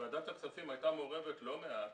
ועדת הכספים הייתה מעורבת לא מעט,